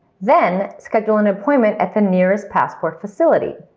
then, schedule an appointment at the nearest passport facility.